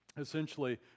essentially